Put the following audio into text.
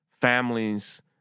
families